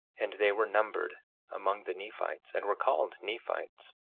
and they were numbered among the nephites, and were called nephites.